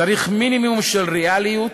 צריך מינימום של ריאליות